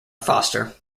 foster